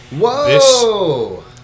whoa